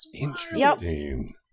Interesting